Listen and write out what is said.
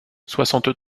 soixante